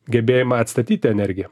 gebėjimą atstatyti energiją